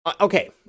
Okay